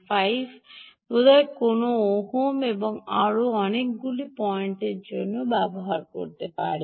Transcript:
05 বোধহয় কোনও ওহম এবং আরও অনেকগুলি পয়েন্ট করতে পারেন